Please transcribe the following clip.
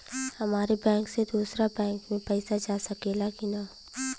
हमारे बैंक से दूसरा बैंक में पैसा जा सकेला की ना?